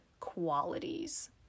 qualities